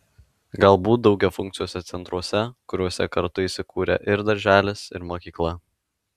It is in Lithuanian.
galbūt daugiafunkciuose centruose kuriuose kartu įsikūrę ir darželis ir mokykla